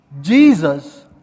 Jesus